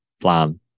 plan